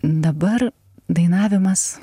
dabar dainavimas